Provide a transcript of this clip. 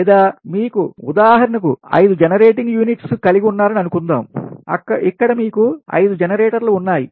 లేదా మీకు ఉదాహరణకు 5 జనరేటింగ్ యూనిట్స్ కలిగి ఉన్నారని అనుకుందాం ఇక్కడ మీకు 5 జనరేటర్లు ఉన్నాయి